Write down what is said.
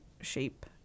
shape